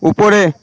উপরে